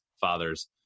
father's